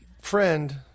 Friend